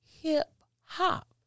hip-hop